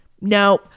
no